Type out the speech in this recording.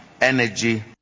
energy